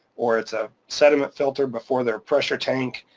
or it's a sediment filter before their pressure tank,